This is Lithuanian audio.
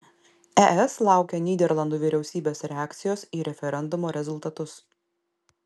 es laukia nyderlandų vyriausybės reakcijos į referendumo rezultatus